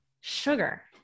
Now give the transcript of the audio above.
sugar